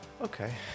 okay